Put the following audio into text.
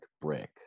brick